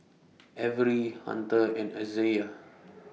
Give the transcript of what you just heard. Avery Hunter and Isaiah